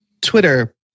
Twitter